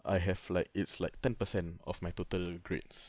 I have like it's like ten percent of my total grades